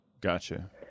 Gotcha